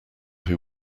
who